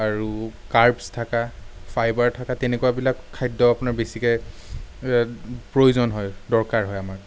আৰু কাৰ্বচ থকা ফাইবাৰ থকা তেনেকুৱা বিলাক খাদ্য আপোনাৰ বেছিকে প্ৰয়োজন হয় দৰকাৰ হয় আমাৰ